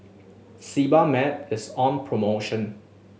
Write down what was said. Sebamed is on promotion